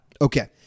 Okay